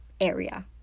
area